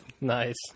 Nice